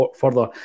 further